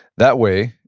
that way,